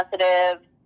sensitive